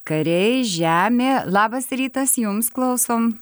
kariai žemė labas rytas jums klausom